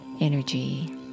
energy